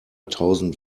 tausend